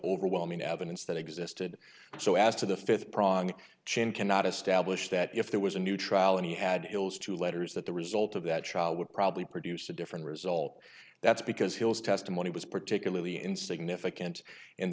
overwhelming evidence that existed so as to the fifth prong chain cannot establish that if there was a new trial and he had bills to letters that the result of that trial would probably produce a different result that's because hill's testimony was particularly in significant in